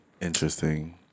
Interesting